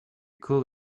could